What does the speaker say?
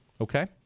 okay